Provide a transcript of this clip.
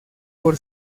por